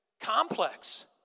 complex